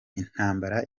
intambara